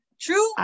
True